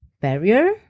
barrier